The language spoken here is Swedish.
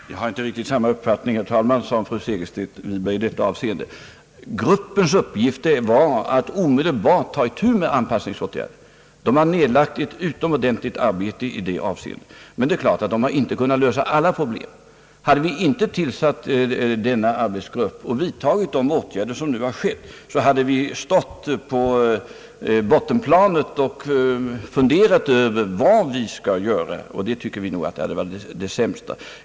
Herr talman! Jag har inte riktigt samma uppfattning som fru Segerstedt Wiberg i detta avseende. Arbetsgruppens uppgift var att omedelbart ta itu med anpassningsåtgärder, och den har nedlagt ett utomordentligt arbete i det avseendet. Men det är klart att gruppen inte har kunnat lösa alla problem. Hade vi inte tillsatt arbetsgruppen så skulle vi nu ha stått på bottenplanet och funderat över vad som borde göras. Och det tycker vi nog hade varit det sämsta.